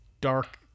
dark